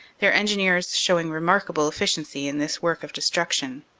their engineers showing remarkable efficiency in this work of destruction.